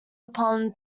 upon